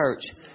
church